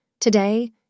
Today